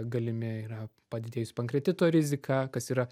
galimi yra padidėjus pankreatito rizika kas yra